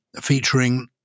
featuring